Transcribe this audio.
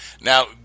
now